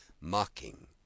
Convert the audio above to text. mocking